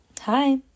Hi